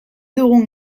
dugun